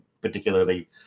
particularly